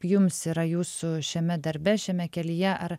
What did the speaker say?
jums yra jūsų šiame darbe šiame kelyje ar